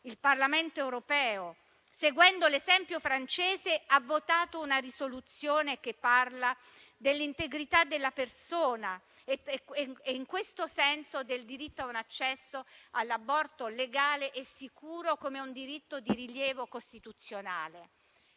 il Parlamento europeo, seguendo l'esempio francese, ha votato una risoluzione che parla dell'integrità della persona e, in questo senso, del diritto a un accesso all'aborto legale e sicuro come un diritto di rilievo costituzionale,